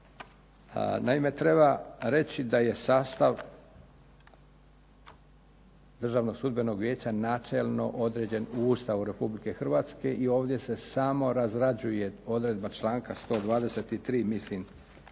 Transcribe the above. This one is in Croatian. Naime, treba reći da je sastav Državnog sudbenog vijeća načelno određen u Ustavu Republike Hrvatske i ovdje se samo razrađuje odredba članka 123. Ustava